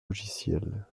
logiciels